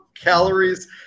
calories